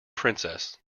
princess